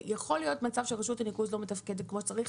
יכול להיות מצב שרשות הניקוז לא מתפקדת כמו שצריך,